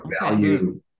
value